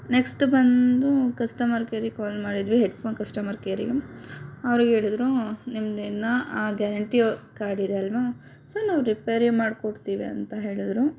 next ಬಂದು customer ಕೇರಿಗೆ call ಮಾಡಿದ್ವಿ ಹೆಡ್ಫೋನ್ ಕಸ್ಟಮರ್ ಕೇರಿಗೆ ಅವರು ಹೇಳದ್ರು ನಿಮ್ದು ಇನ್ನೂ ಗ್ಯಾರೆಂಟಿ ಕಾರ್ಡ್ ಇದೆ ಅಲ್ಲವಾ ಸೊ ನಾವು ರಿಪೇರಿ ಮಾಡಿಕೊಡ್ತೀವಿ ಅಂತ ಹೇಳಿದ್ರು